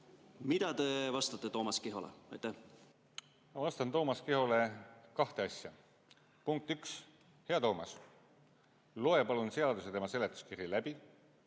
Mida te vastate Toomas Kihole? Ma vastan Toomas Kihole kahte asja. Punkt üks: hea Toomas, loe palun seadus ja tema seletuskiri läbi